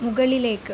മുകളിലേക്ക്